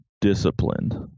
disciplined